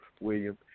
William